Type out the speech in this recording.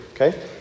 okay